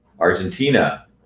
Argentina